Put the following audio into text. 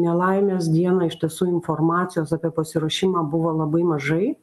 nelaimės dieną iš tiesų informacijos apie pasiruošimą buvo labai mažai